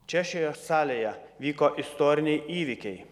čia šioje salėje vyko istoriniai įvykiai